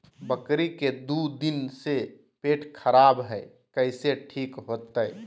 बकरी के दू दिन से पेट खराब है, कैसे ठीक होतैय?